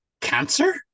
Cancer